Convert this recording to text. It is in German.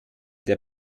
der